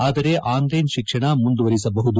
ಆದರೆ ಆನ್ಲೈನ್ ಶಿಕ್ಷಣ ಮುಂದುವರಿಸಬಹುದಾಗಿದೆ